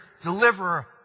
Deliverer